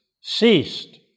ceased